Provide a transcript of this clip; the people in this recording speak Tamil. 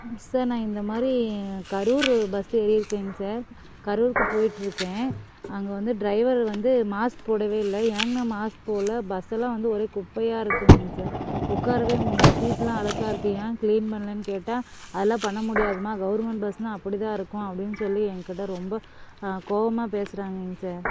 ஆ சார் நான் இந்த மாரி கரூர் பஸ்ஸு ஏறிருக்கேங்க சார் கரூர்க்கு போயிட்டுருக்கேன் அங்கே வந்து ட்ரைவர் வந்து மாஸ்க் போடவே இல்லை ஏங்கண்ணா மாஸ்க் போடல பஸ்ஸெல்லாம் வந்து ஒரே குப்பையாக இருக்குங்க சார் உட்காரவே முடில சீட்டெல்லாம் அழுக்கா இருக்கு ஏன் க்ளீன் பண்ணலேன்னு கேட்டால் அதெல்லாம் பண்ண முடியாதும்மா கவர்மெண்ட் பஸ்ன்னா அப்படிதான் இருக்கும் அப்படின் சொல்லி எங்கிட்ட ரொம்ப கோவமாக பேசுறாங்கிங்க சார்